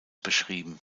beschrieben